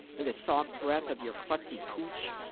in the soft breath of your klutzy pooch.